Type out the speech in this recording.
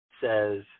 says